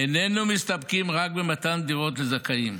איננו מסתפקים רק במתן דירות לזכאים.